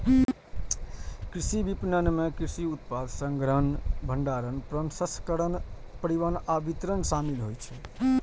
कृषि विपणन मे कृषि उत्पाद संग्रहण, भंडारण, प्रसंस्करण, परिवहन आ वितरण शामिल होइ छै